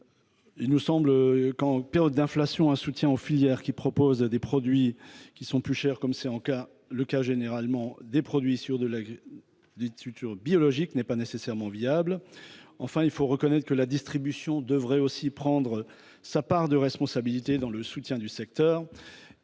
Il nous semble que, en période d’inflation, un soutien aux filières qui proposent des produits plus chers, comme c’est le cas généralement des produits issus de l’agriculture biologique, n’est pas nécessairement viable. Enfin, il faut reconnaître que la distribution devrait aussi prendre sa part de responsabilité dans le soutien au secteur.